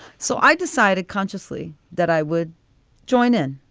so i decided consciously that i would join in.